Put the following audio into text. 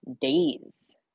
days